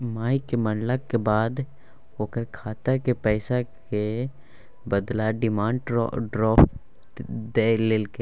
मायक मरलाक बाद ओकर खातक पैसाक बदला डिमांड ड्राफट दए देलकै